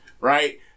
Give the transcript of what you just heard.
right